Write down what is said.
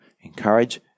encourage